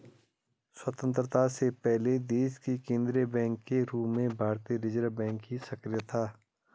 स्वतन्त्रता से पहले देश के केन्द्रीय बैंक के रूप में भारतीय रिज़र्व बैंक ही सक्रिय था